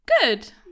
good